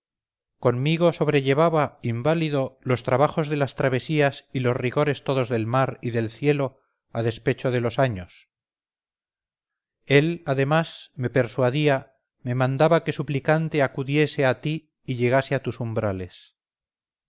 conmigo sobrellevaba inválido los trabajos de las travesías y los rigores todos del mar y del cielo a despecho de los años él además me persuadía me mandaba que suplicante acudiese a ti y llegase a tus umbrales